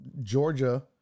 Georgia